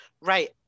right